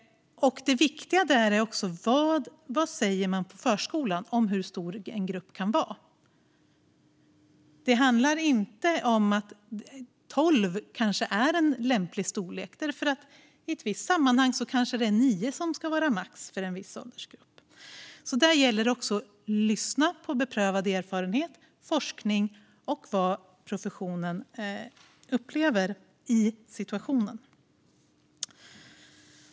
Det viktiga är också vad man säger på förskolan om hur stor en grupp ska vara. Det handlar inte om att tolv kanske är en lämplig storlek. I ett visst sammanhang kanske det är nio som ska vara max för en viss åldersgrupp. Där gäller det att lyssna på beprövad erfarenhet, forskning och vad professionen upplever i situationen.